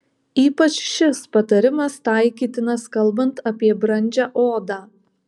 ypač šis patarimas taikytinas kalbant apie brandžią odą